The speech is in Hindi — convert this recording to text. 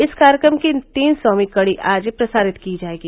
इस कार्यक्रम की तीनसौवीं कड़ी आज प्रसारित की जायेगी